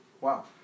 Wow